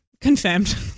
Confirmed